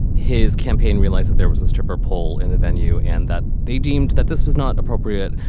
his campaign realized that there was a stripper pole in the venue and that they deemed that this was not appropriate.